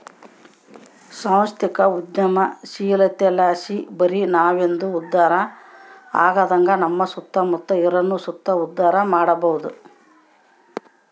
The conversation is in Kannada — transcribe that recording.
ಸಾಂಸ್ಥಿಕ ಉದ್ಯಮಶೀಲತೆಲಾಸಿ ಬರಿ ನಾವಂದೆ ಉದ್ಧಾರ ಆಗದಂಗ ನಮ್ಮ ಸುತ್ತಮುತ್ತ ಇರೋರ್ನು ಸುತ ಉದ್ಧಾರ ಮಾಡಬೋದು